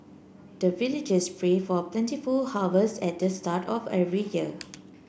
the villagers pray for plentiful harvest at the start of every year